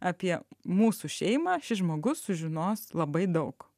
apie mūsų šeimą šis žmogus sužinos labai daug